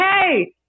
hey